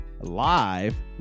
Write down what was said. live